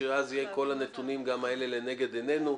שאז יהיו כל הנתונים האלה לנגד עינינו.